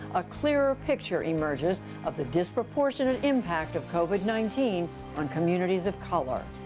a clearer picture emerges of the disproportionate impact of covid nineteen on communities of color.